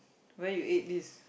where you ate this